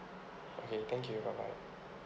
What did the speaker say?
okay thank you bye bye